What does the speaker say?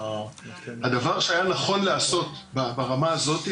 הדבר שהיה נכון לעשות ברמה הזאת,